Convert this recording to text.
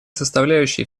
составляющей